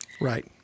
Right